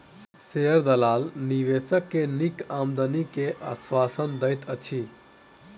share दलाल निवेशक के नीक आमदनी के आश्वासन दैत अछि